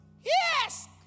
Yes